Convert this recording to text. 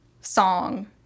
song